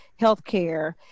healthcare